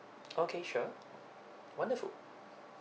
okay sure wonderful